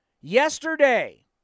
Yesterday